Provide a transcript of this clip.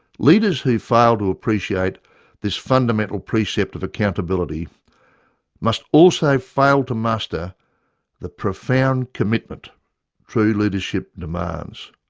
leaders who fail to appreciate this fundamental precept of accountability must also fail to muster the profound commitment true leadership demands.